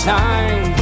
time